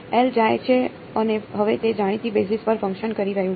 L જાય છે અને હવે તે જાણીતી બેસિસ પર ફંકશન કરી રહ્યું છે